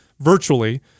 virtually